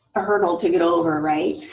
a hurdle to get over right.